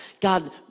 God